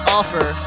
Offer